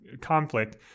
conflict